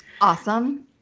Awesome